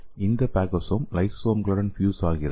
இந்த பாகோசோம் லைசோசோம்களுடன் ஃபியூஸ் ஆகிறது